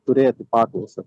turėti paklausą